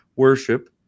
worship